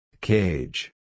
Cage